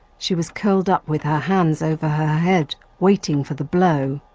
she was curled up with her hands over her head waiting for the blow.